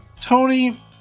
Tony